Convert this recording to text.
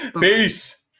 Peace